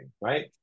right